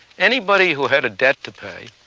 anybody who had a debt to pay,